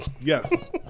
Yes